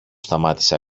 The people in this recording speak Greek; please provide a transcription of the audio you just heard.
σταμάτησε